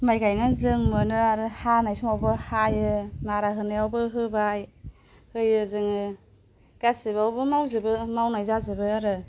माइ गायनानै जों मोनो आरो हानाय समावबो हायो मारा होनायावबो होबाय होयो जोङो गासिबावबो मावजोबो मावनाय जाजोबो आरो